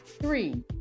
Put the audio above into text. three